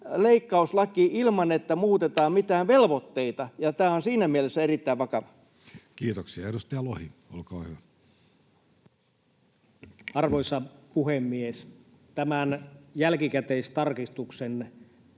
leikkauslaki, ilman että muutetaan mitään velvoitteita, ja tämä on siinä mielessä erittäin vakavaa. Kiitoksia. — Edustaja Lohi, olkaa hyvä. Arvoisa puhemies! Tämän jälkikäteistarkistuksen